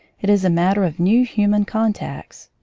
it is a matter of new human contacts.